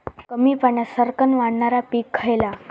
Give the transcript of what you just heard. कमी पाण्यात सरक्कन वाढणारा पीक खयला?